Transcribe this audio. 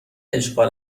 اشغال